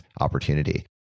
opportunity